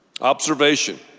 Observation